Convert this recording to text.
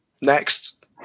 Next